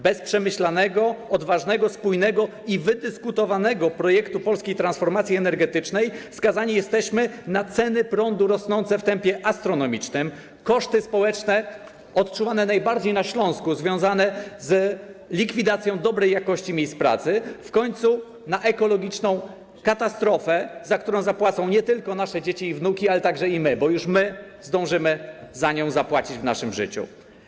Bez przemyślanego, odważnego, spójnego i wydyskutowanego projektu polskiej transformacji energetycznej skazani jesteśmy na ceny prądu rosnące w tempie astronomicznym, na koszty społeczne odczuwane najbardziej na Śląsku związane z likwidacją dobrej jakości miejsc pracy, w końcu na ekologiczną katastrofę, za którą zapłacą nie tylko nasze dzieci i wnuki, ale także my, bo już my zdążymy za nią zapłacić w naszym życiu.